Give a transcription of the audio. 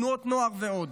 תנועות נוער ועוד.